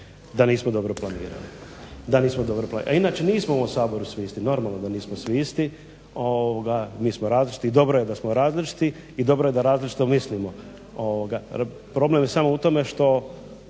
da nismo dobro planirali. A inače nismo u ovom Saboru svi isti normalno da nismo svi isti, mi smo različiti i dobro je da smo različiti i dobro je da različito mislimo. Problem je samo u tome što